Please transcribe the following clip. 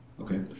Okay